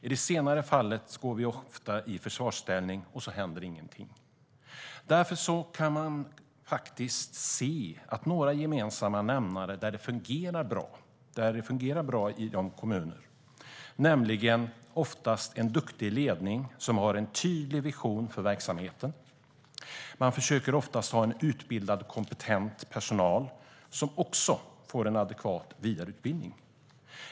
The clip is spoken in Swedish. I det senare fallet går vi ofta i försvarsställning, och så händer ingenting. Därför kan man faktiskt se några gemensamma nämnare i de kommuner där det fungerar bra. Det är oftast en duktig ledning som har en tydlig vision för verksamheten. Man försöker oftast ha en utbildad och kompetent personal som också får en adekvat vidareutbildning.